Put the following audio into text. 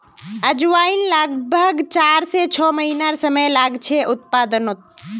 अजवाईन लग्ब्भाग चार से छः महिनार समय लागछे उत्पादनोत